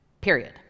Period